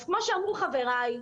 אז כמו שאמרו חבריי,